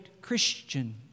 Christian